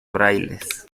frailes